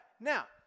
Now